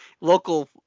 local